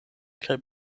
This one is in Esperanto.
kaj